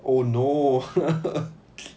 oh no